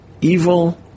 evil